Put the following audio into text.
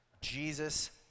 Jesus